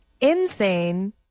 insane